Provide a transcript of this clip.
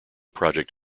project